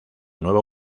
nuevo